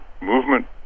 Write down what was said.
movement